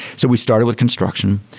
so we started with construction.